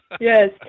Yes